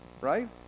Right